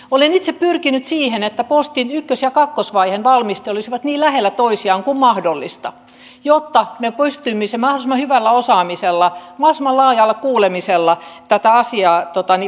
olen itse pyrkinyt siihen että postin ykkös ja kakkosvaiheen valmistelut olisivat niin lähellä toisiaan kuin mahdollista jotta me pystyisimme mahdollisimman hyvällä osaamisella mahdollisimman laajalla kuulemisella tätä asiaa valmistelemaan